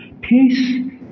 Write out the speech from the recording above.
Peace